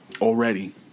Already